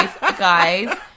guys